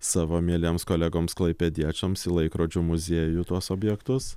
savo mieliems kolegoms klaipėdiečiams į laikrodžių muziejų tuos objektus